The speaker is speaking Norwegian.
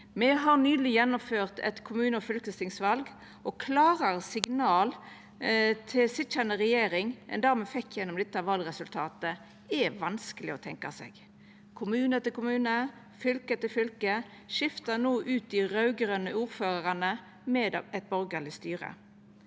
Me har nyleg gjennomført eit kommune- og fylkestingsval, og klarare signal til sitjande regjering enn det me fekk gjennom dette valresultatet, er vanskeleg å tenkja seg. Kommune etter kommune og fylke etter fylke skiftar no ut dei raud-grøne ordførarane med eit borgarleg styre.